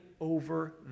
over